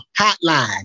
Hotline